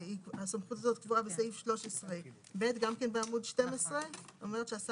הסמכות הזאת קבועה בסעיף 13(ב) גם כן בעמוד 12 ואומרת שהשר